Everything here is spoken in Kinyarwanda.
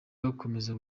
bakomeza